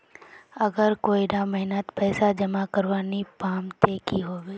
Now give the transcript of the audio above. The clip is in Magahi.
अगर कोई डा महीनात पैसा जमा करवा नी पाम ते की होबे?